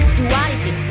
duality